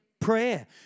Prayer